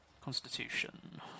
Constitution